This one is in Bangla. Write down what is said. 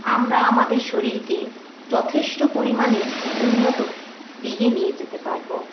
আমরা আমাদের শরীরকে যথেষ্ট পরিমাণে উন্নত দিকে নিয়ে যেতে পারব